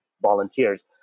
volunteers